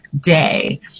day